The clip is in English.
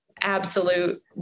absolute